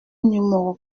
numéro